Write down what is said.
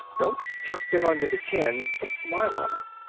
don't chuck them under the chin, but smile on em.